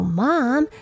mom